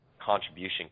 contribution